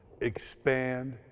expand